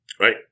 Right